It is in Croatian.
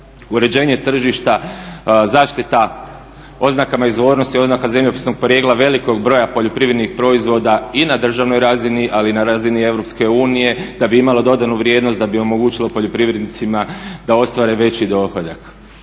Uređenje tržišta, zaštita oznakama izvornosti, oznaka zemljopisnog porijekla velikog broja poljoprivrednih proizvoda i na državnoj razini, ali i na razini EU da bi imalo dodanu vrijednost, da bi omogućilo poljoprivrednicima da ostvare veći dohodak.